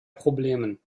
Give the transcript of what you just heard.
problemen